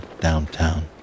downtown